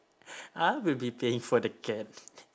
I will be paying for the cat